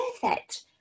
perfect